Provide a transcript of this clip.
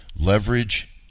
Leverage